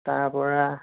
তাৰপৰা